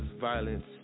violence